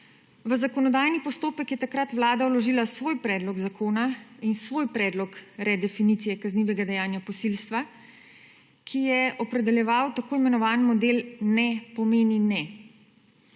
V zakonodajni postopek je takrat Vlada vložila svoj predlog zakona in svoj predlog redefinicije kaznivega dejanja posilstva, ki je opredeljeval tako imenovan model ne pomeni ne.